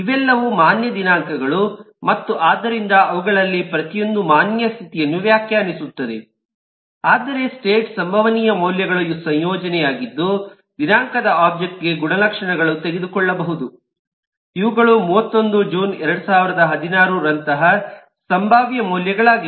ಇವೆಲ್ಲವೂ ಮಾನ್ಯ ದಿನಾಂಕಗಳು ಮತ್ತು ಆದ್ದರಿಂದ ಅವುಗಳಲ್ಲಿ ಪ್ರತಿಯೊಂದೂ ಮಾನ್ಯ ಸ್ಥಿತಿಯನ್ನು ವ್ಯಾಖ್ಯಾನಿಸುತ್ತದೆ ಆದರೆ ಸ್ಟೇಟ್ ಸಂಭವನೀಯ ಮೌಲ್ಯಗಳ ಸಂಯೋಜನೆಯಾಗಿದ್ದು ದಿನಾಂಕದ ಒಬ್ಜೆಕ್ಟ್ ಗೆ ಗುಣಲಕ್ಷಣಗಳು ತೆಗೆದುಕೊಳ್ಳಬಹುದು ಇವುಗಳು 31 ಜೂನ್ 2016 ರಂತಹ ಸಂಭಾವ್ಯ ಮೌಲ್ಯಗಳಾಗಿವೆ